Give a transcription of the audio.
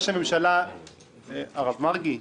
הרב מרגי.